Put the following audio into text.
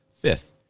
fifth